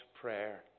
prayer